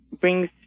brings